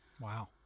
Wow